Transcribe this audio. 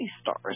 stars